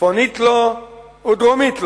צפונית לו ודרומית לו.